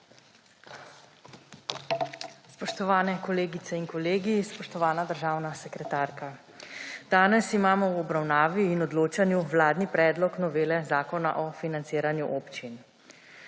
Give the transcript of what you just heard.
Spoštovane kolegice in kolegi! Spoštovana državna sekretarka! Danes imamo v obravnavi in odločanju vladni predlog novele zakona o financiranju občin.